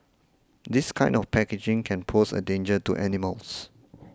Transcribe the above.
this kind of packaging can pose a danger to animals